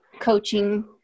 coaching